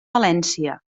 valència